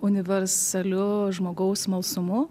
universaliu žmogaus smalsumu